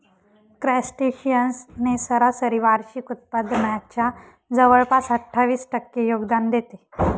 crustaceans ने सरासरी वार्षिक उत्पादनाच्या जवळपास अठ्ठावीस टक्के योगदान देते